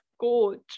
coach